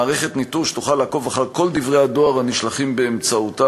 מערכת ניטור שתוכל לעקוב אחר כל דברי הדואר הנשלחים באמצעותה.